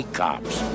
cops